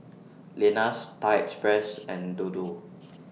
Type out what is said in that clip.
Lenas Thai Express and Dodo